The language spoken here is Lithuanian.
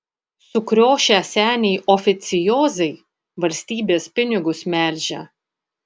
sukriošę seniai oficiozai valstybės pinigus melžia